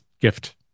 gift